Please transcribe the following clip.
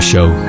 show